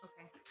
Okay